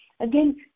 Again